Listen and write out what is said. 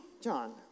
John